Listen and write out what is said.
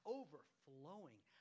overflowing